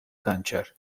kanċer